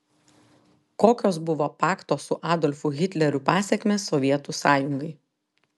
kokios buvo pakto su adolfu hitleriu pasekmės sovietų sąjungai